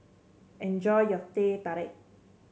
enjoy your Teh Tarik